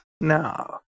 no